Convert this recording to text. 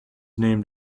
named